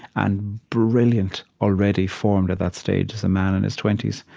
and brilliant, already formed at that stage, as a man in his twenty s.